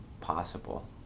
possible